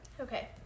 Okay